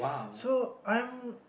so I'm